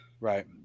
right